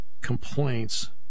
complaints